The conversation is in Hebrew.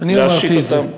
אני אמרתי את זה.